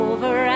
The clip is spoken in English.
Over